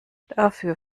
dafür